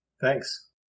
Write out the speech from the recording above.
Thanks